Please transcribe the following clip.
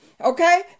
Okay